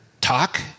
talk